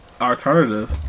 alternative